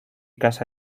casa